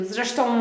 Zresztą